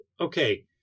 okay